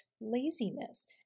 laziness